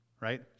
Right